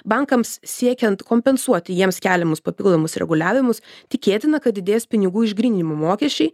bankams siekiant kompensuoti jiems keliamus papildomus reguliavimus tikėtina kad didės pinigų išgryninimo mokesčiai